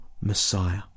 Messiah